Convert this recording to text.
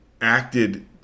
acted